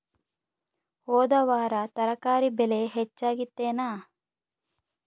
ಹೊದ ವಾರ ತರಕಾರಿ ಬೆಲೆ ಹೆಚ್ಚಾಗಿತ್ತೇನ?